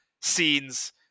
scenes